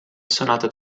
suonato